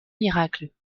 miracle